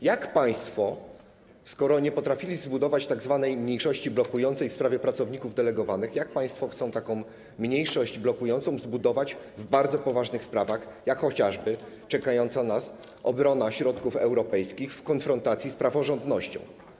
Jak państwo, skoro nie potrafili zbudować tzw. mniejszości blokującej w sprawie pracowników delegowanych, chcą taką mniejszość blokującą zbudować w bardzo poważnych sprawach, jak chociażby w sprawie czekającej nas obrony środków europejskich w konfrontacji z praworządnością?